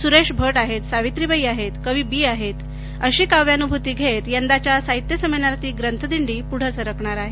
सुरेश भट आहेत सावित्रीबाई आहेत कवी बी आहेत अशी काव्यानुभुती घेत यंदाच्या साहित्यसम्मेलनातली ग्रंथ दिंडी पुढे सरकणार आहे